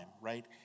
right